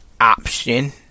Option